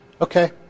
Okay